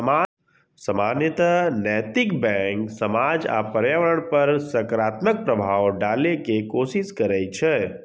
सामान्यतः नैतिक बैंक समाज आ पर्यावरण पर सकारात्मक प्रभाव डालै के कोशिश करै छै